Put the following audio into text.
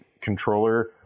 controller